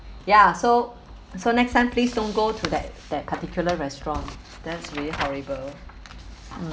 ya so so next time please don't go to that that particular restaurant that's really horrible